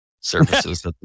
services